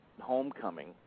Homecoming